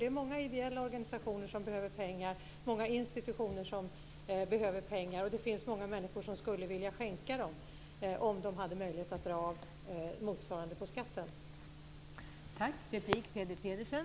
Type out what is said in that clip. Det är många ideella organisationer och institutioner som behöver pengar. Det finns många människor som skulle vilja skänka dem om de hade möjlighet att dra av motsvarande summa på skatten.